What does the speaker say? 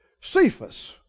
Cephas